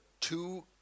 two